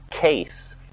case